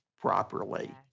properly